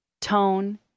tone